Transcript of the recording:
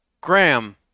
Graham